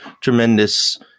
tremendous